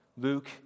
Luke